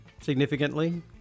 significantly